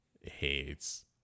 Hates